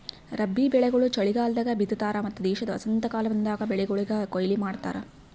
ರಬ್ಬಿ ಬೆಳಿಗೊಳ್ ಚಲಿಗಾಲದಾಗ್ ಬಿತ್ತತಾರ್ ಮತ್ತ ದೇಶದ ವಸಂತಕಾಲ ಬಂದಾಗ್ ಬೆಳಿಗೊಳಿಗ್ ಕೊಯ್ಲಿ ಮಾಡ್ತಾರ್